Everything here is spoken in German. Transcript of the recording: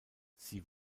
sie